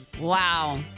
Wow